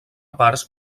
parts